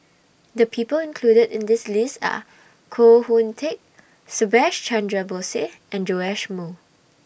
The People included in The list Are Koh Hoon Teck Subhas Chandra Bose and Joash Moo